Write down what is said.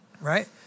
right